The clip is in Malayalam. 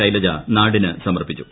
ശ്ശ്ലജ നാടിന് സമർപ്പിച്ചു